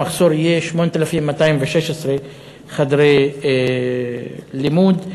המחסור יהיה 8,216 חדרי לימוד.